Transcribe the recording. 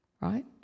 right